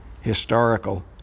historical